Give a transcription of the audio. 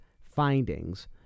findings